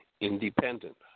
independent